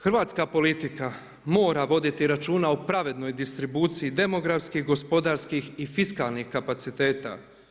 Hrvatska politika mora voditi računa o pravednoj distribuciji demografskih, gospodarskih i fiskalnih kapaciteta.